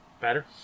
Better